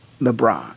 LeBron